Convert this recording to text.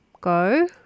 go